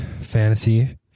fantasy